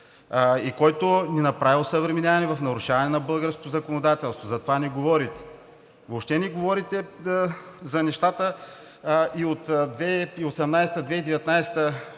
и който не направи осъвременяване в нарушаване на българското законодателство. За това не говорите! Въобще не говорите за нещата и от 2017-а,